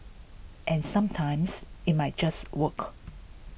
and sometimes it might just work